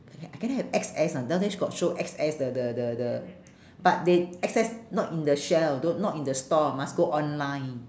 I can I have X_S or not down there she got show X_S the the the the but they X_S not in the shelve don't not in the store must go online